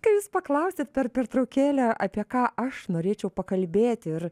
kai jūs paklausėt per pertraukėlę apie ką aš norėčiau pakalbėti ir